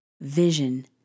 vision